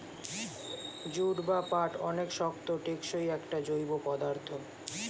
jute বা পাট অনেক শক্ত, টেকসই একটা জৈব পদার্থ